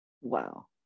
Wow